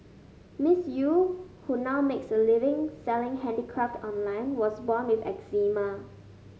Miss Eu who now makes a living selling handicraft online was born with eczema